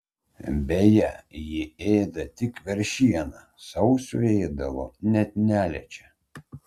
beje ji ėda tik veršieną sauso ėdalo net neliečia